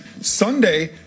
Sunday